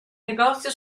negozio